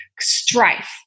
strife